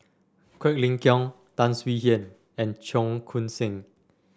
Quek Ling Kiong Tan Swie Hian and Cheong Koon Seng